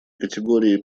категории